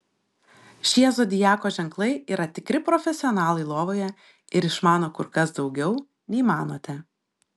šie zodiako ženklai yra tikri profesionalai lovoje ir išmano kur kas daugiau nei manote